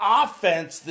offense